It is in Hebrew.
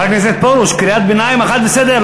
חבר הכנסת פרוש, קריאת ביניים אחת, בסדר.